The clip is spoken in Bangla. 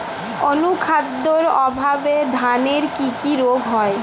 অনুখাদ্যের অভাবে ধানের কি কি রোগ হয়?